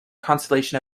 constellation